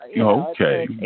Okay